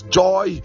joy